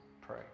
pray